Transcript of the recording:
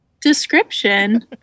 description